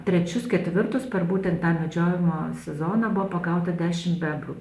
trečius ketvirtus per būtent tą medžiojimo sezoną buvo pagauta dešim bebrų